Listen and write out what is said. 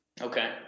Okay